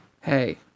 Hey